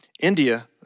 India